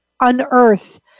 unearth